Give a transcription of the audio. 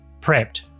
prepped